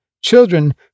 Children